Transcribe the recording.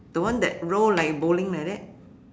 the one that roll like bowling like that